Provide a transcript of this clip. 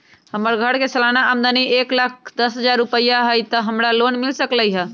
हमर घर के सालाना आमदनी एक लाख दस हजार रुपैया हाई त का हमरा लोन मिल सकलई ह?